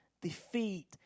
defeat